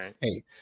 hey